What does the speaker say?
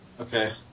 Okay